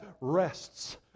rests